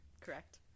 correct